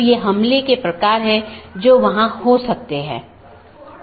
16 bit से 216 संख्या संभव है जो कि एक बहुत बड़ी संख्या है